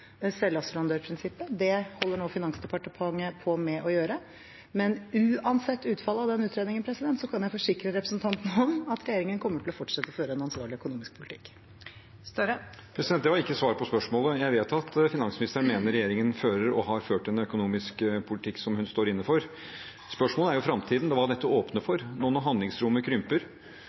selvassurandørprinsippet. Det holder Finansdepartementet på med å gjøre nå. Men uansett utfallet av den utredningen kan jeg forsikre representanten om at regjeringen kommer til å fortsette å føre en ansvarlig økonomisk politikk. Det var ikke svar på spørsmålet. Jeg vet at finansministeren og denne regjeringen fører og har ført en økonomisk politikk som hun står inne for. Spørsmålet er jo framtiden, hva dette åpner for. Nå når handlingsrommet krymper,